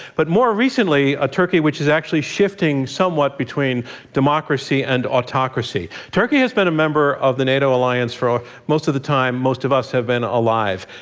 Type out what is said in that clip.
but more recently, a turkey which is actually shifting somewhat between democracy and autocracy. turkey has been a member of the nato alliance for most of the time most of us have been alive.